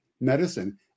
medicine